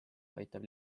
aitab